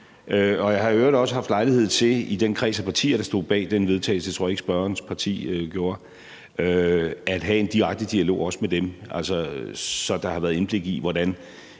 og jeg har i øvrigt også haft lejlighed til i den kreds af partier, der stod bag den vedtagelse – det tror jeg ikke at spørgerens parti gjorde – at have en direkte dialog med dem, så der har været et indblik i, hvordan